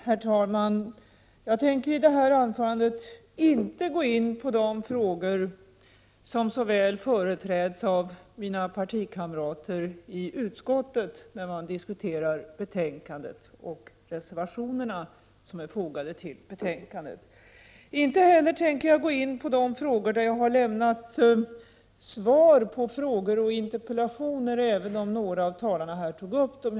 Herr talman! Jag tänker i det här anförandet inte gå in på de frågor där den socialdemokratiska uppfattningen så väl företräds av mina partikamrater i utskottet, när man diskuterar betänkandet och reservationerna som är fogade till detta. Inte heller tänker jag gå in på de avsnitt där jag har lämnat svar på frågor och interpellationer, även om några av talarna här tog upp dem.